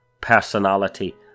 personality